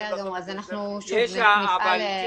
מסכימים להארכה